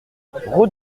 route